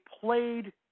played